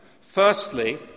firstly